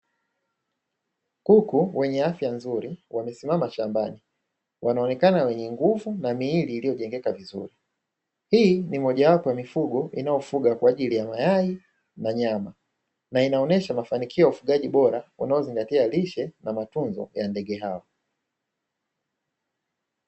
Kuku wenye afya nzuri wamesimama shambani, wanaonekana wenye nguvu na miili iliyojengeka vizuri. Hii ni mojawapo na mifugo inayofugwa kwa ajili ya mayai na nyama, na inaonesha mafanikio ya ufugaji bora, unaozingatia lishe na matunzo ya ndege hao.